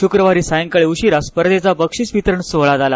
शुक्रवारी सायंकाळी उशिरा स्पर्धेचा बक्षिस वितरण सोहळा झाला